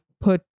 put